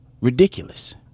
ridiculous